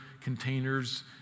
containers